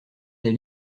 des